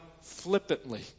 flippantly